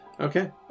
Okay